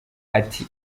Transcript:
ati